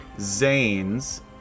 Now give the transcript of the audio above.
Zanes